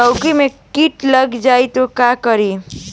लौकी मे किट लग जाए तो का करी?